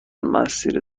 مسیر